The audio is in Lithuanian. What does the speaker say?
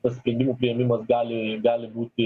tas sprendimų priėmimas gali gali būti